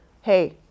hey